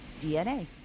DNA